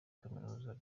kaminuza